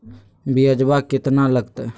ब्यजवा केतना लगते?